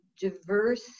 diverse